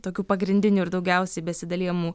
tokių pagrindinių ir daugiausiai besidalijamų